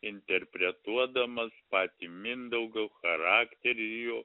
interpretuodamas patį mindaugo charakterį jo